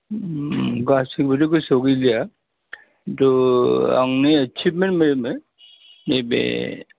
गासैबोथ' गोसोआव गैलिया किन्तु आंनि एचिभमेन्ट आरो बे नैबे